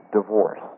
divorce